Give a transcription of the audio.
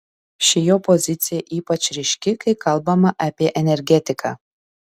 ši jo pozicija ypač ryški kai kalbama apie energetiką